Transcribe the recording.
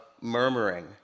murmuring